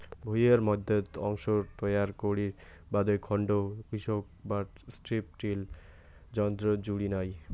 ভুঁইয়ের মইধ্যত অংশ তৈয়ার করির বাদে খন্ড কর্ষক বা স্ট্রিপ টিল যন্ত্রর জুড়ি নাই